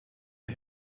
who